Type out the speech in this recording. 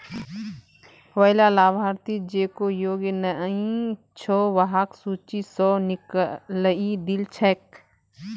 वैला लाभार्थि जेको योग्य नइ छ वहाक सूची स निकलइ दिल छेक